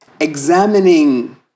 examining